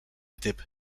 typ